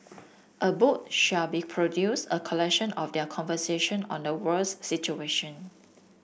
a book shall be produced a collection of their conversation on the world's situation